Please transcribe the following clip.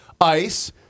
Ice